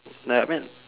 no I mean